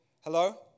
Hello